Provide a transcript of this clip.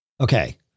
Okay